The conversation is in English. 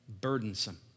Burdensome